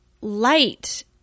light